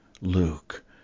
Luke